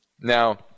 Now